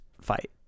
fight